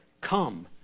come